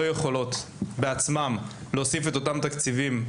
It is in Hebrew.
יכולות בעצמן להוסיף את אותם תקציבים,